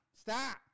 Stop